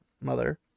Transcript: mother